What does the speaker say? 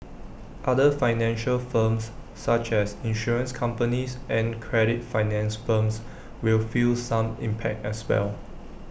other financial firms such as insurance companies and credit finance firms will feel some impact as well